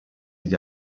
gli